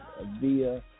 via